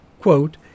quote